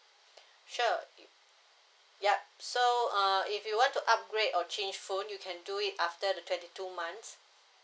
sure you yup so uh if you want to upgrade or change phone you can do it after the twenty two months